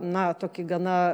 na tokį gana